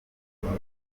nibwo